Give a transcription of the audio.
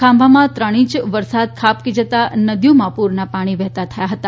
ખાંભામા ત્રણ ઇંચ વરસાદ ખાબકી જતા નદીઓમા પુર વહેતા થયા હતા